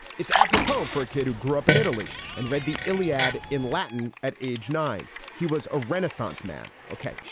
it's apropos for a kid who grew up in italy and read the iliad in latin at age nine. he was a renaissance man. okay,